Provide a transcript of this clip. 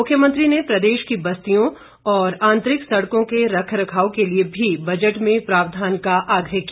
मुख्यमंत्री ने प्रदेश की बस्तियों और आंतरिक सड़कों के रख रखाव के लिए भी बजट में प्रावधान का आग्रह किया